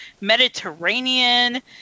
Mediterranean